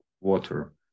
water